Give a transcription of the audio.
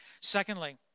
Secondly